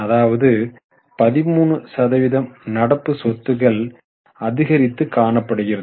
13 சதவீதம் நடப்பு சொத்துக்கள் அதிகரித்து காணப்படுகிறது